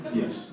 yes